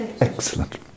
Excellent